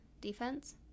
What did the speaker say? defense